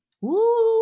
Woo